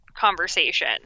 conversation